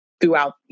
throughout